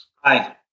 Hi